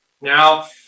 now